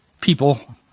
people